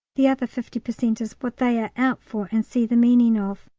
the other fifty per cent is what they are out for, and see the meaning of.